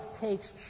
takes